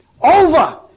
over